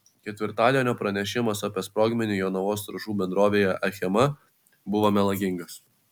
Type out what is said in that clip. ketvirtadienio pranešimas apie sprogmenį jonavos trąšų bendrovėje achema buvo melagingas